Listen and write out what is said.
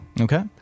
Okay